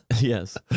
yes